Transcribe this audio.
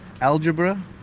algebra